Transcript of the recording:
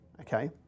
okay